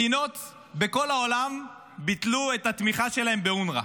מדינות בכל העולם ביטלו את התמיכה שלהן באונר"א,